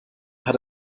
hat